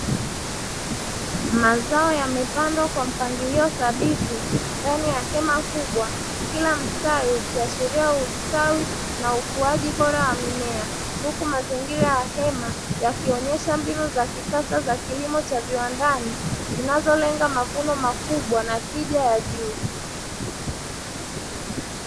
Mazao yamepandwa kwa mpangilio thabiti ndani ya hema kubwa, kila mstari ukiashiria ustawi na ukuaji bora wa mimea, huku mazingira ya hema yakionyesha mbinu za kisasa za kilimo cha viwandani zinazolenga mavuno makubwa na tija ya juu.